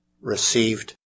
received